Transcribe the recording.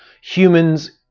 humans